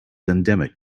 endemic